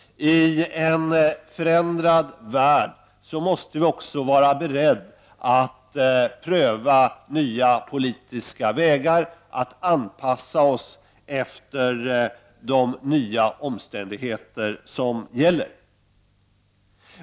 I en förändrad värld måste vi också vara beredda att pröva nya politiska vägar för att anpassa oss efter de nya omständigheter som gäller.